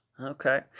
Okay